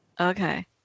Okay